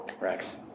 Rex